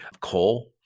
coal